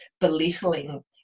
belittling